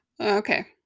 Okay